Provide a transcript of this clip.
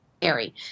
scary